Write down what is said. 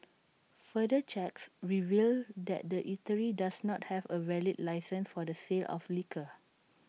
further checks revealed that the eatery does not have A valid licence for the sale of liquor